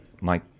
Mike